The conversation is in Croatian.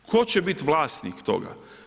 Tko će biti vlasnik toga?